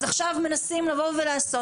אז עכשיו מנסים לבוא ולעשות.